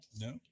no